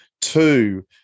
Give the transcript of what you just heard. Two